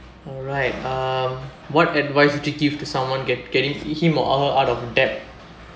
alright uh what advice would you give to someone get getting him out of out of debt